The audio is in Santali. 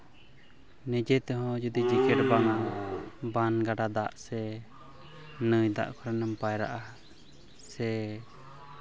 ᱱᱤᱡᱮ ᱛᱮᱦᱚᱸ ᱡᱩᱫᱤ ᱡᱮᱠᱮᱴ ᱵᱟᱱ ᱜᱟᱰᱟ ᱫᱟᱜ ᱥᱮ ᱱᱟᱹᱭ ᱫᱟᱜ ᱠᱚᱨᱮᱢ ᱯᱟᱭᱨᱟᱜᱼᱥᱟ ᱥᱮ